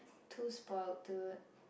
too spoilt to